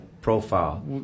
profile